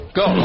go